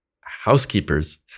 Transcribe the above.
housekeepers